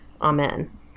Amen